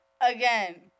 again